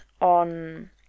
on